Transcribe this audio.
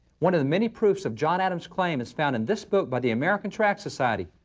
one of the many proofs of john adam's claim is found in this book by the american track society.